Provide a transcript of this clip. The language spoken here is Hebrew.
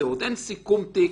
אין סיכום תיק.